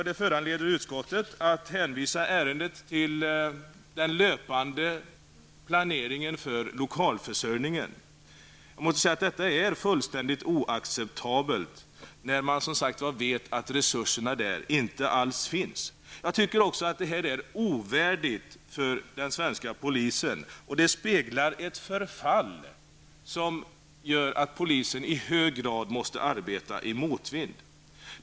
Detta föranleder som sagt utskottet att hänvisa till den löpande planeringen för lokalförsörjning. Jag måste säga att det är fullständigt oacceptabelt, när man som sagt vet att det där inte alls finns resurser. Jag tycker också att det jag här har beskrivit är ovärdigt den svenska polisen. Det speglar ett förfall som gör att polisen i hög grad måste arbeta i motvind.